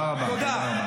בסדר?